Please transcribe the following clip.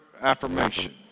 affirmation